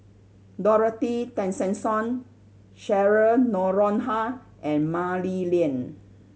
Dorothy Tessensohn Cheryl Noronha and Mah Li Lian